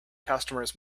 customers